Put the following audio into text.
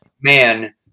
man